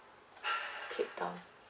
cape town